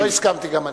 לא הסכמתי גם אני.